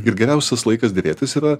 ir geriausias laikas derėtis yra